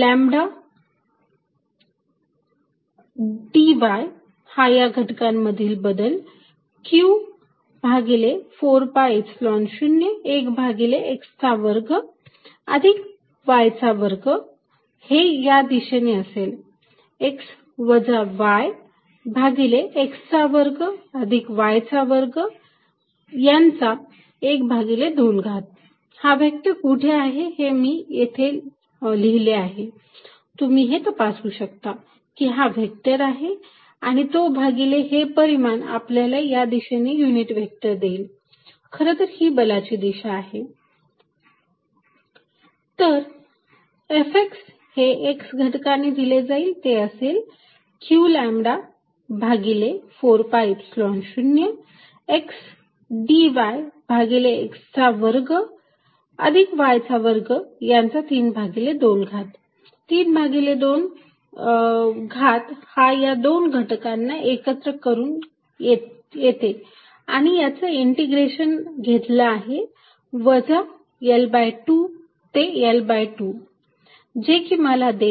lambda dy हा या घटकांमधील बदल q भागिले 4 पाय ईप्सिलॉन 0 1 भागिले x चा वर्ग अधिक y चा वर्ग हे या दिशेने असेल x वजा y भागिले x चा वर्ग अधिक y चा वर्ग चा ½ घात हा व्हेक्टर कुठे आहे हे मी इथे लिहिले आहे तुम्ही हे तपासू शकता की हा व्हेक्टर आणि तो भागिले हे परिमाण आपल्याला या दिशेने युनिट व्हेक्टर देईल खरं तर हि बलाची दिशा आहे Fqλdy4π01x2y2xx yyx2y212 तर Fx हे x घटकाने दिले जाईल तेअसेल q लॅम्बडा भागिले 4 pi Epsilon 0 x dy भागिले x चा वर्ग अधिक y चा वर्ग याचा 32 घात 32 घात या दोन घटकांना एकत्र करून येते आणि याच इंटिग्रेशन घेतल आहे वजा L2 ते L2 जे की मला देईल q लॅम्बडा भागिले 4 pi Epsilon 0 x तिकडे राहून जाईल